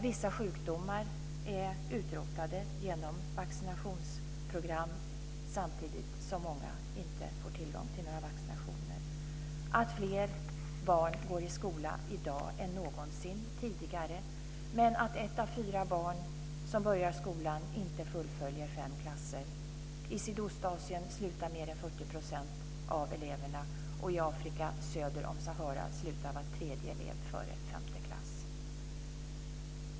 Vissa sjukdomar är utrotade genom vaccinationsprogram, samtidigt som många inte får tillgång till några vaccinationer. Fler barn går i skola i dag än någonsin tidigare, men ett av fyra barn som börjar skolan fullföljer inte fem klasser. I Sydostasien slutar mer än 40 % av eleverna och i Afrika söder om Sahara slutar var tredje elev före femte klass.